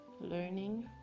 learning